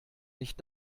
nicht